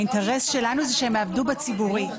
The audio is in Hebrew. האינטרס שלנו הוא שהם יעבדו בציבורי.